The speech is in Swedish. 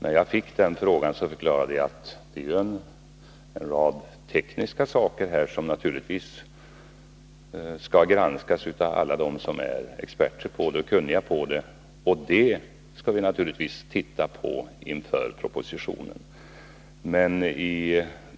När jag fick frågan om detta förklarade jag att det är en rad tekniska saker här som naturligtvis skall granskas av alla som är experter på saken och kunniga på området. De frågorna skall vi naturligtvis titta på inför propositionsskrivandet.